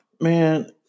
Man